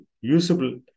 usable